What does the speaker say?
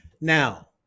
Now